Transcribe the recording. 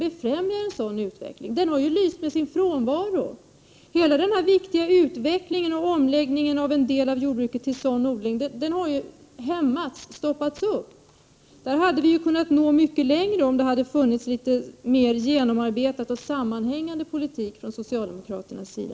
1988/89:127 utveckling. Den har lyst med sin frånvaro. Hela den här viktiga utvecklingen 2 juni 1989 mot en omläggning av en del av jordbruket till sådan odling har hämmats och stoppats upp. Där hade vi kunnat nå mycket längre, om det hade funnits en litet mer genomarbetad och sammanhängande politik från socialdemokraternas sida.